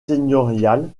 seigneuriale